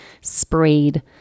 sprayed